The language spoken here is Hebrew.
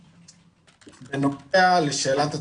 בנוגע לשאלת התקציב,